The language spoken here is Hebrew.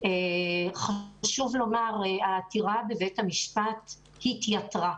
חשוב לומר שעתירה בבית המשפט התייתרה.